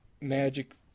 magic